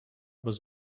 was